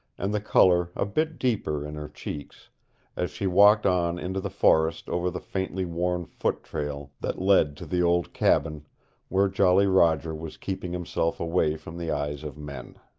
and the color a bit deeper in her cheeks as she walked on into the forest over the faintly worn foot-trail that led to the old cabin where jolly roger was keeping himself away from the eyes of men.